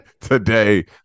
today